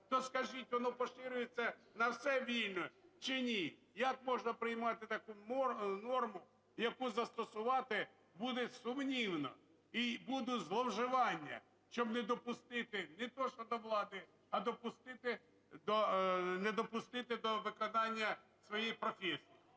То скажіть, воно поширюється на все вільно чи ні? Як можна приймати таку норму, яку застосувати буде сумнівно і буде зловживання? Щоб не допустити не то, що до влади, а не допустити до виконання своєї професії.